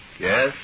Yes